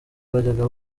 bajyaga